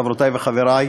חברותי וחברי,